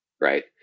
right